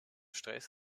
stress